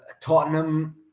Tottenham